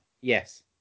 Yes